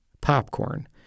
popcorn